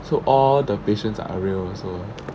so all the patients are real also lah